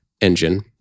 engine